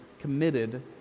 committed